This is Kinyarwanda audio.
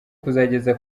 kuzageza